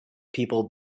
people